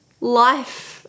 life